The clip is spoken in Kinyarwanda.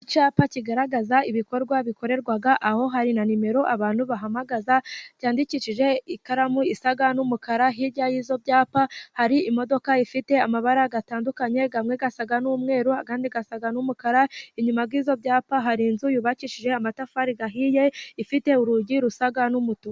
Icyapa kigaragaza ibikorwa bikorerwa aho, hari na nimero abantu bahamagaza, byandikishije ikaramu isa n'umukara, hirya y'ibyo byapa hari imodoka ifite amabara atandukanye amwe asa n'umweru andi asa n'umukara, inyuma y'ibyo byapa hari inzu yubakishije amatafari ahiye, ifite urugi rusa n'umutuku.